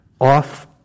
off